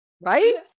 Right